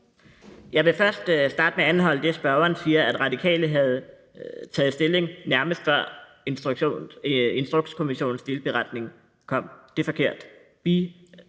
Jeg vil starte med at anholde det, spørgeren siger. At Radikale havde taget stilling, nærmest før Instrukskommissionens delberetning kom, er forkert.